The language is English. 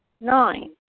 nine